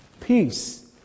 Peace